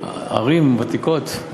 ערים ותיקות,